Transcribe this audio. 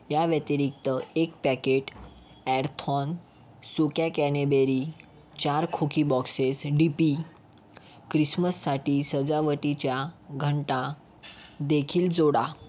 या व्यतिरिक्त एक पॅकेट ॲडथॉन सुक्या कॅनेबेरी चार खोकी बॉक्सेस डीपी ख्रिसमससाठी सजावटीच्या घंटा देखील जोडा